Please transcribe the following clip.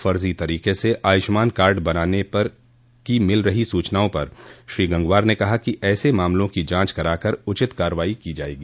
फर्जी तरीके से आयूष्मान कार्ड बनाने की मिल रही सूचनाओं पर श्री गंगवार ने कहा कि ऐसे मामलों की जांच कराकर उचित कार्रवाई की जायेगी